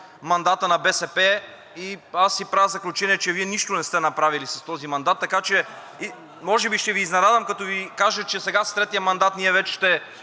мандата на БСП. Аз си правя заключение, че Вие нищо не сте направили с този мандат, така че може би ще Ви изненадам, като Ви кажа, че сега с третия мандат ние вече ще